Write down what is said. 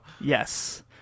Yes